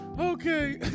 Okay